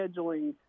scheduling